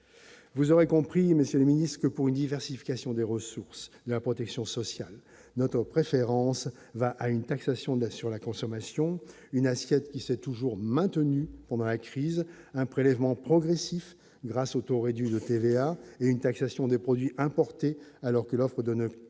vous aurez compris, Monsieur le Ministre, que pour une diversification des ressources, la protection sociale, notre préférence va à une taxation de la sur la consommation, une assiette qui s'est toujours maintenu pendant la crise, un prélèvement progressif grâce au taux réduit de TVA et une taxation des produits importés alors que l'offre de 9 très